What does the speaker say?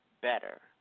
better